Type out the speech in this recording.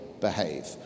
behave